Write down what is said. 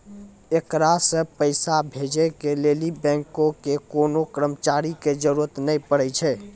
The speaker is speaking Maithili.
एकरा से पैसा भेजै के लेली बैंको के कोनो कर्मचारी के जरुरत नै पड़ै छै